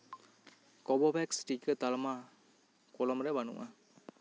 ᱠᱳᱵᱷᱳᱵᱷᱮᱠᱥ ᱴᱤᱠᱟᱹ ᱛᱟᱞᱢᱟ ᱠᱚᱞᱚᱢ ᱨᱮ ᱵᱟᱹᱱᱩᱜᱼᱟ